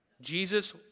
Jesus